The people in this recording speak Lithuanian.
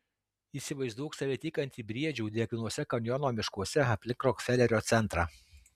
įsivaizduok save tykantį briedžių drėgnuose kanjono miškuose aplink rokfelerio centrą